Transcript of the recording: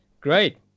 Great